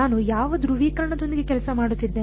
ನಾನು ಯಾವ ಧ್ರುವೀಕರಣದೊಂದಿಗೆ ಕೆಲಸ ಮಾಡುತ್ತಿದ್ದೇನೆ